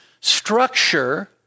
structure